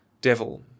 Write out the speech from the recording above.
devil